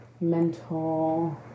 mental